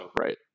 Right